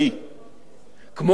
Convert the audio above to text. כמו בתחום הביטחוני,